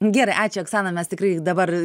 gerai ačiū oksana mes tikrai dabar